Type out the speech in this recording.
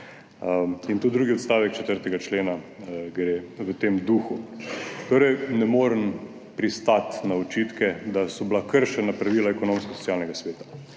Tudi drugi odstavek 4. člena gre v tem duhu, torej ne morem pristati na očitke, da so bila kršena pravila Ekonomsko-socialnega sveta.